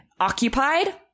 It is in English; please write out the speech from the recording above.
occupied